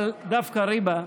אבל דווקא ריבה,